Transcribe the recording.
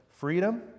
freedom